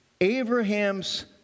Abraham's